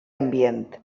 ambient